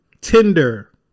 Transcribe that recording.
Tinder